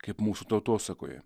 kaip mūsų tautosakoje